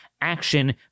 action